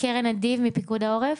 קרן אדיב מפיקוד העורף.